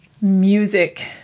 Music